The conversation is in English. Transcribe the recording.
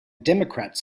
democrats